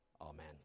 Amen